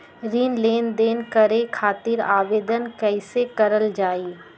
ऋण लेनदेन करे खातीर आवेदन कइसे करल जाई?